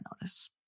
notice